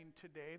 today